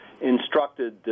instructed